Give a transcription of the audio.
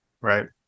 right